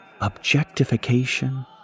Objectification